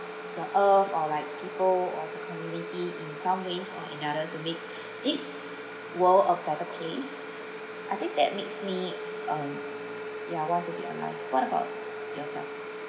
the earth or like people or community in some ways or another to make this world a better place I think that makes me um ya want to be alive what about yourself